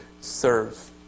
serve